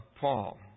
Paul